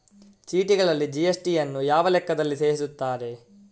ಚೀಟಿಗಳಲ್ಲಿ ಜಿ.ಎಸ್.ಟಿ ಯನ್ನು ಯಾವ ಲೆಕ್ಕದಲ್ಲಿ ಸೇರಿಸುತ್ತಾರೆ?